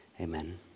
Amen